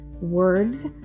words